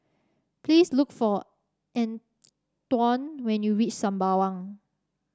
please look for Antwon when you reach Sembawang